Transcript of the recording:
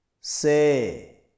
Say